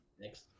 Next